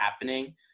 happening